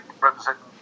representing